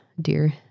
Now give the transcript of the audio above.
Dear